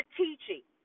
teaching